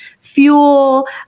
fuel